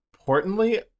importantly